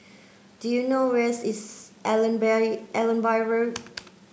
do you know where's is Allenby Road